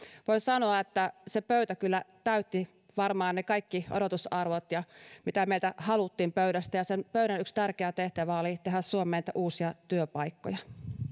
voin sanoa että se pöytä kyllä täytti varmaan kaikki ne odotusarvot mitä meiltä haluttiin pöydästä sen pöydän yksi tärkeä tehtävä oli tehdä suomeen uusia työpaikkoja